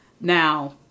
Now